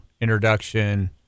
introduction